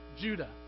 Judah